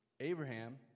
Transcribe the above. abraham